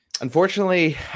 Unfortunately